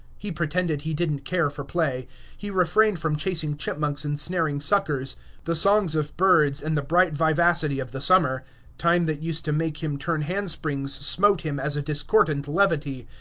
he pretended he did n't care for play he refrained from chasing chipmunks and snaring suckers the songs of birds and the bright vivacity of the summer time that used to make him turn hand-springs smote him as a discordant levity.